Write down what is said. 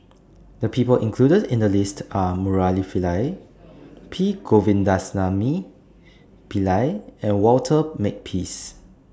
The People included in The list Are Murali Pillai P Govindasamy Pillai and Walter Makepeace